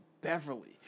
Beverly